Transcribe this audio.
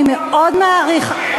אני מאוד מעריכה,